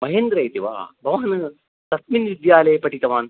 महेन्दर इति वा भवान् कस्मिन् विद्यालये पठितवान्